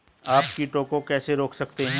आप कीटों को कैसे रोक सकते हैं?